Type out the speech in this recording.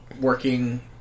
working